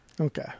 okay